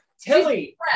Tilly